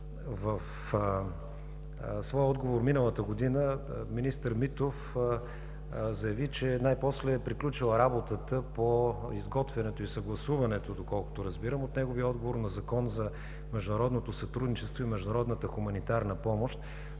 в своя отговор миналата година министър Митов заяви, че най-после е приключила работата по изготвянето и съгласуването, доколкото разбирам от неговия отговор, на Закона за международното сътрудничество и международната хуманитарна помощ.